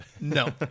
no